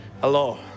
Hello